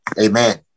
Amen